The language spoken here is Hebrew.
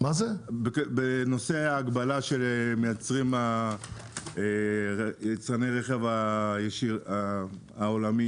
בנושא ההגבלה שמייצרים יצרני הרכב העולמי.